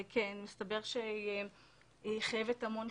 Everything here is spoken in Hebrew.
מי כן יחזיר לו את הכסף?